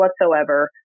whatsoever